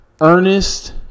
Ernest